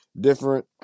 different